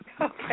Okay